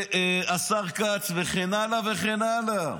השר כץ, וכן הלאה וכן הלאה.